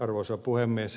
arvoisa puhemies